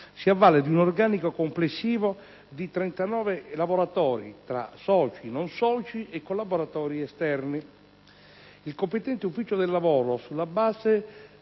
si avvale di un organico complessivo di 39 lavoratori tra soci, non soci e collaboratori esterni. Il competente ufficio del lavoro, sulla base